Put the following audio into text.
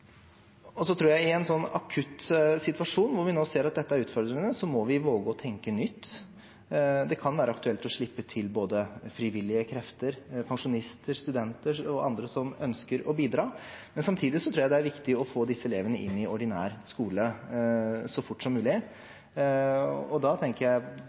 I en sånn akutt situasjon, hvor vi nå ser at dette er utfordrende, tror jeg vi må våge å tenke nytt. Det kan være aktuelt å slippe til både frivillige krefter, pensjonister, studenter og andre som ønsker å bidra, men samtidig tror jeg det er viktig å få disse elevene inn i ordinær skole så fort som mulig. Da tenker jeg